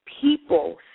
people